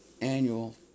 annual